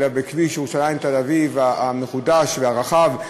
אלא בכביש ירושלים תל-אביב המחודש והרחב.